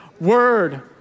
word